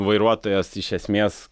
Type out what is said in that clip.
vairuotojas iš esmės